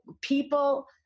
people